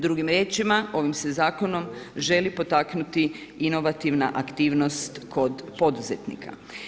Drugim riječima, ovim se zakonom želi potaknuti inovativna aktivnost kod poduzetnika.